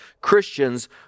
Christians